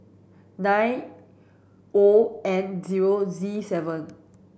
nine O N zero Z seven